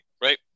right